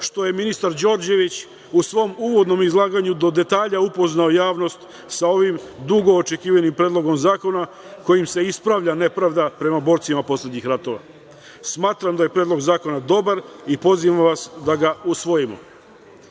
što je ministar Đorđević u svom uvodnom izlaganju, do detalja upoznao javnost sa ovim dugo očekivanim Predlogom zakona, kojim se ispravlja nepravda prema borcima poslednjih ratova. Smatram da je Predlog zakona dobar i pozivam vas da ga usvojimo. Što